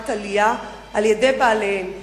במגמת עלייה, על-ידי בעליהן.